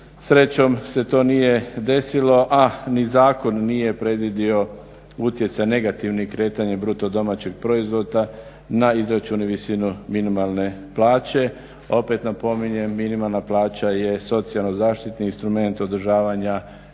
Srećom se to nije desilo, a ni zakon nije predvidio utjecaj negativnih kretanja BDP-a na izračun i visinu minimalne plaće. Opet napominjem minimalna plaća je socijalni zaštitni instrument održavanja